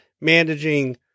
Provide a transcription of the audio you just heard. managing